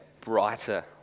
brighter